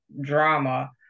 drama